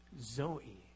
Zoe